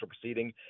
proceeding